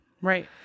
Right